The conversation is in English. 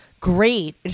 great